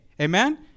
Amen